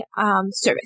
service